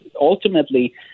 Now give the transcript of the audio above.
ultimately